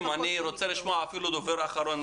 אני רוצה לשמוע דובר אחרון.